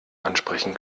ansprechen